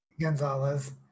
Gonzalez